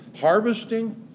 Harvesting